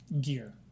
gear